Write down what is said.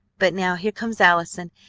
but now here comes allison,